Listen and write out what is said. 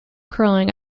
curling